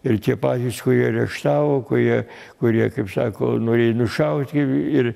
ir tie patys kurie areštavo kurie kurie kaip sako norėjo nušaut gi ir